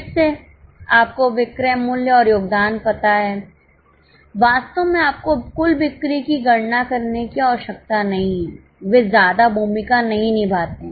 फिर से आपको विक्रय मूल्य और योगदान पता है वास्तव में आपको कुल बिक्री की गणना करने की आवश्यकता नहीं है वे ज्यादा भूमिका नहीं निभाते हैं